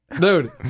Dude